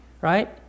Right